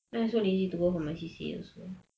I also lazy to go for my C_C_A also